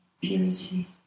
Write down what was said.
purity